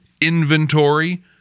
inventory